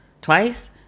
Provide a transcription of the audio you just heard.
twice